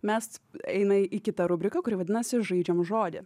mes eina į kitą rubriką kuri vadinasi žaidžiam žodį